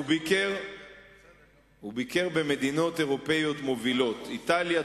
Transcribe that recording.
וביקר במדינות אירופיות מובילות איטליה,